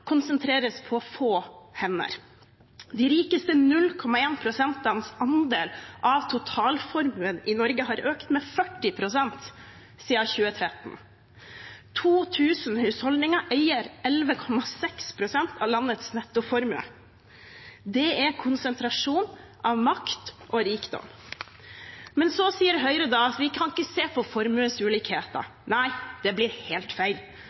konsentreres på få hender. Den rikeste 0,1-prosentens andel av totalformuen i Norge har økt med 40 pst. siden 2013. 2 000 husholdninger eier 11,6 pst. av landets nettoformue. Det er konsentrasjon av makt og rikdom. Så sier Høyre at vi ikke kan se på formuesulikheten, at det blir helt feil.